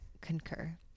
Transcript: concur